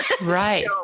right